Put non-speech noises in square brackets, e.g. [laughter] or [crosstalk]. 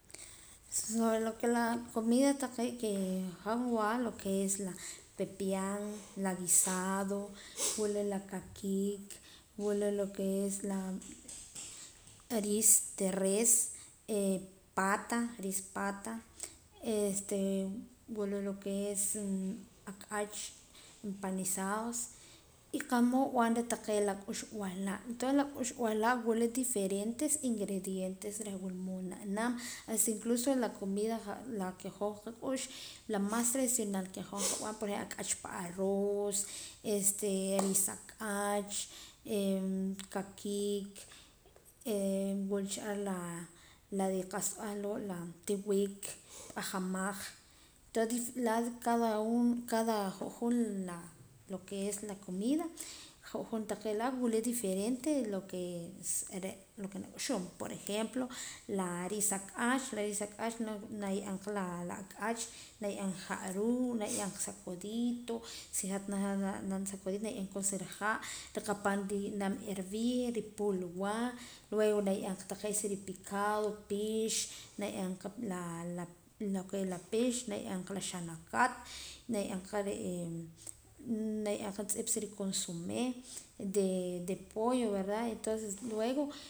Solo que la comida taqee' que han nwa re la que es pepián la guisado wila la kaqiik' wula lo que es la la riis de res riis pata riis pata wula lo que es ak'ach empanizados y qa'mood nb'anra taqee' laa' k'uxb'al laa' entonces la k'uxb'al laa' wula diferentes ingredientes reh wula mood na naam hasta incluso la comida que hoj qak'ux la más tradicional que hoj qab'an re' la ak'ach pa arros este riis ak'ach [hesitation] kaqiik' wul cha ar la la de qa'sa b'eh loo' tiwik p'ajamaj entonce cada ju' jun lo que es la comida ju' jun taqee' laa' wula diferente lo que es la nak'uxuum por ejemplo la riis ak'ach la riis ak'ach na ye'eem ka ha' ruu' naye'eem ka sa codito si hat najaam nab'anam sa codito na ye'eem koon sa riha' qapaam rinaam hervir ri pulwaa luego na ye'em sa ripicado pix na ye'eem qa lo que es la pix na ye'eem qa la xanaakat na ye'eem qa re' na ye'eem qa juntz'ip sa riconsome de de pollo verda entonces luego